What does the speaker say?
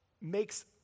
makes